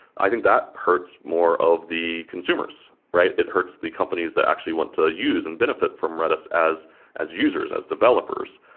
i think that hurts more of the consumers, right? it hurts the companies that actually want to use and benefit from redis as as users, as developers,